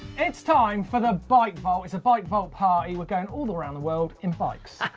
it's time for the bike vault, it's a bike vault party. we're going all around the world in bikes.